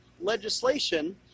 legislation